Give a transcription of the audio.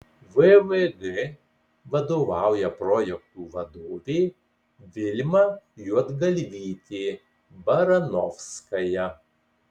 vvg vadovauja projektų vadovė vilma juodgalvytė baranovskaja